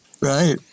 Right